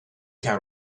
can